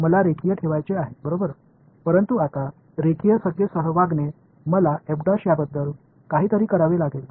मला रेखीय ठेवायचे आहे बरोबर परंतु आता रेखीय संज्ञेसह वागणे मला याबद्दल काही तरी करावे लागेल